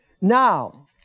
Now